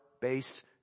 based